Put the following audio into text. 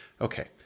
Okay